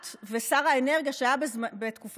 את ושר האנרגיה שהיה בתקופתך,